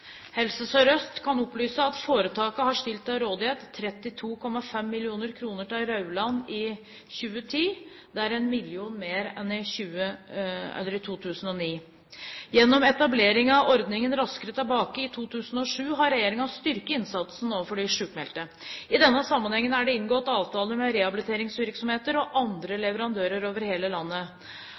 Helse Sør-Øst kan opplyse at foretaket har stilt til rådighet 32,5 mill. kr til Rauland i 2010. Det er 1 mill. kr mer enn i 2009. Gjennom etableringen av ordningen Raskere tilbake i 2007 har regjeringen styrket innsatsen overfor de sykmeldte. I denne sammenhengen er det inngått avtaler med rehabiliteringsvirksomheter og andre leverandører over hele landet.